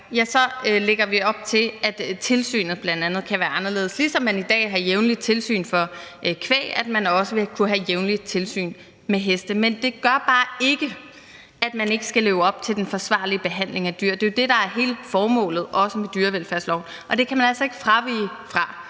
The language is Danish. så lægger vi op til, at tilsynet bl.a. kan være anderledes, sådan at man, ligesom man i dag jævnligt har tilsyn med kvæg, også vil kunne have jævnligt tilsyn med heste. Men det gør bare ikke, at man ikke skal leve op til reglerne for forsvarlig behandling af dyr. Det er jo også det, der er hele formålet med dyrevelfærdsloven, og det kan man altså ikke fravige.